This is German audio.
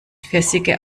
pfirsiche